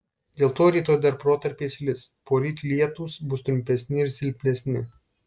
dėl to rytoj dar protarpiais lis poryt lietūs bus trumpesni ir silpnesni